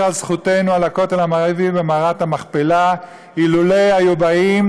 על זכותנו על הכותל המערבי ומערת המכפלה אילולא היו באים